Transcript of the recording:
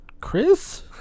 Chris